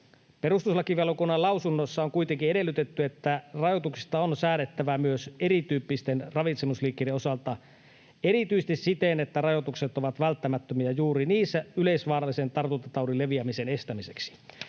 Perustuslakivaliokunnan lausunnossa on kuitenkin edellytetty, että rajoituksista on säädettävä myös erityyppisten ravitsemusliikkeiden osalta erityisesti siten, että rajoitukset ovat välttämättömiä juuri niissä yleisvaarallisen tartuntataudin leviämisen estämiseksi.